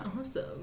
awesome